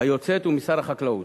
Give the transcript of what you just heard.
היוצאת ומשר החקלאות,